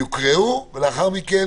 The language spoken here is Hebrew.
הם יוקראו ולאחר מכן